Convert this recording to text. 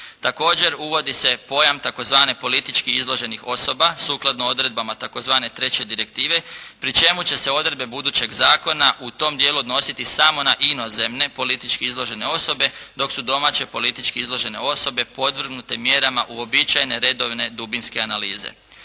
Također uvodi se pojam tzv. politički izloženih osoba sukladno odredbama tzv. III. Direktive pri čemu će se odredbe budućeg zakona u tom dijelu odnositi samo na inozemne politički izložene osobe, dok su domaće politički izložene osobe podvrgnute mjerama uobičajene redovne dubinske analize.